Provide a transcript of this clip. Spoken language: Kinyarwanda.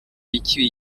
icyuye